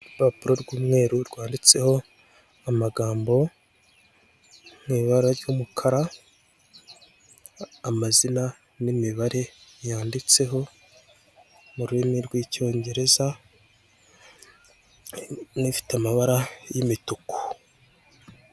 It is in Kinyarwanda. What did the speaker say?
Urupapuro rw'umweru rwanditseho amagambo mu ibara ry'umukara amazina n'imibare yanditseho mu rurimi rw'icyongereza n'ifite amabara y'imituku.